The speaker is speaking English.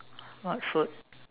what food